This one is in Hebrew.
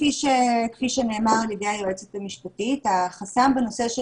כפי שנאמר על ידי היועצת המשפטית החסם בנושא של